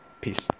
Peace